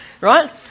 Right